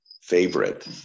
favorite